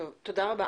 תודה רבה.